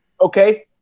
Okay